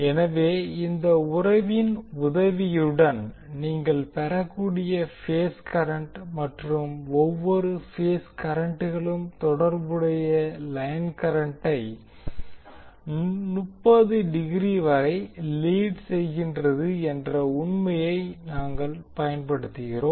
எனவே இந்த உறவின் உதவியுடன் நீங்கள் பெறக்கூடிய பேஸ் கரண்ட் மற்றும் ஒவ்வொரு பேஸ் கரண்ட்களும் தொடர்புடைய லைன் கரண்டை 30 டிகிரி வரை லீட் செய்கின்றது என்ற உண்மையை நாங்கள் பயன்படுத்துகிறோம்